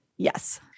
Yes